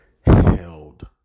held